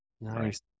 Nice